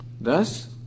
Thus